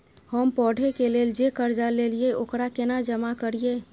हम पढ़े के लेल जे कर्जा ललिये ओकरा केना जमा करिए?